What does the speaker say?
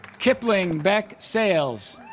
kipling beck sayles